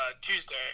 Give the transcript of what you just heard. Tuesday